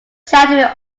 chattering